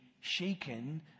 shaken